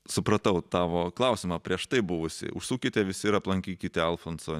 supratau tavo klausimą prieš tai buvusį užsukite visi ir aplankykite alfonso